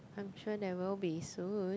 I'm sure there will be soon